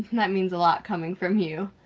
that means a lot coming from you.